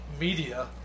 media